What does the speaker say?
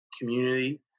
community